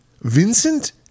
Vincent